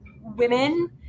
women